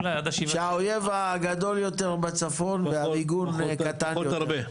אולי --- שהאויב הגדול יותר בצפון והמיגון קטן יותר.